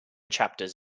chapters